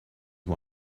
one